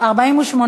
2 נתקבלו.